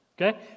Okay